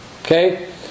Okay